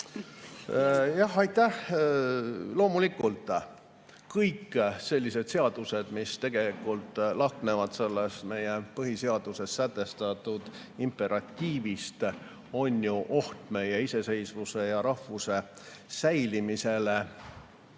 Aitäh! Loomulikult, kõik sellised seadused, mis lahknevad meie põhiseaduses sätestatud imperatiivist, on oht meie iseseisvuse ja rahvuse säilimisele.